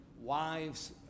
wives